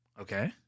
Okay